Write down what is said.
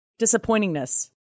disappointingness